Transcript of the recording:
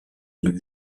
élu